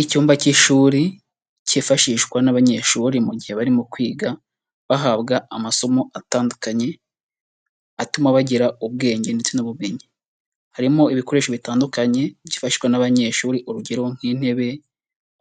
Icyumba cy'ishuri cyifashishwa n'abanyeshuri mu gihe barimo kwiga bahabwa amasomo atandukanye atuma bagira ubwenge ndetse n'ubumenyi, harimo ibikoresho bitandukanye byifashishwa n'abanyeshuri, urugero nk'intebe,